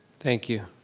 thank you.